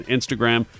Instagram